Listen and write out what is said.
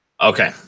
Okay